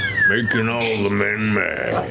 makin' all the men mad.